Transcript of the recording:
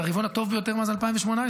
זה הרבעון הטוב ביותר מאז 2018,